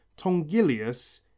Tongilius